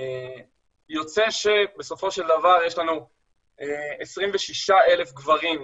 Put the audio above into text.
יוצא שבסופו של דבר יש לנו 26,000 גברים,